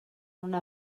una